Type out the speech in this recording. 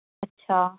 اچھا